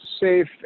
safe